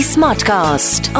Smartcast